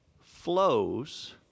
flows